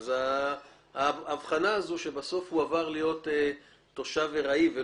מעצם העובדה שהוא עבר להיות תושב ארעי לא